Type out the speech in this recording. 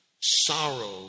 sorrow